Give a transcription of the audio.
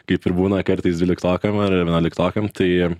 kaip ir būna kartais dvyliktokam ar vienuoliktokam tai